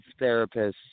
therapists